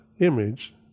image